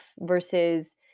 versus